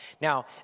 Now